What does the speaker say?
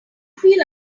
feel